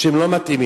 שהם לא מתאימים.